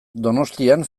donostian